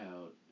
out